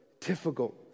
difficult